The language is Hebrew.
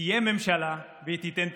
תהיה ממשלה והיא תיתן תקווה.